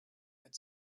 had